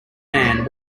man